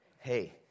hey